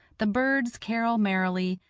the birds carol merrily,